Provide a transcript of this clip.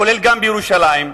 כולל בירושלים,